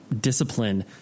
discipline